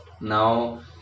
Now